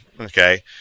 Okay